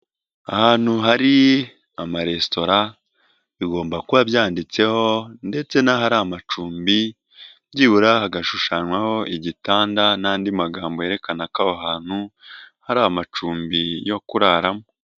Ahantu hari amaresitora bigomba kuba byanditseho ndetse n'ahari amacumbi byibura hagashushanywaho igitanda n'andi magambo yerekana ko hantu hari amacumbi yo kuraramo.